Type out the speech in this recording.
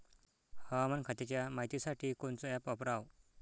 हवामान खात्याच्या मायतीसाठी कोनचं ॲप वापराव?